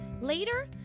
Later